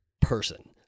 person